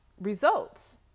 results